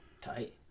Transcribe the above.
Tight